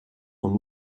son